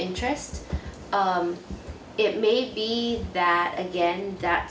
interest it may be that again that